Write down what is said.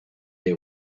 they